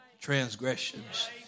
transgressions